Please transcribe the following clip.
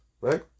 right